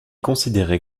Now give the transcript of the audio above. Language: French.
considéré